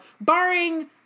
barring